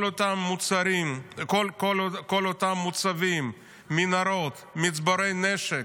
כל אותם מוצבים, מנהרות, מצבורי נשק,